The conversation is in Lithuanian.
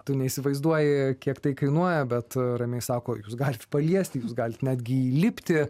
tu neįsivaizduoji kiek tai kainuoja bet ramiai sako jūs galite paliesti jūs galite netgi įlipti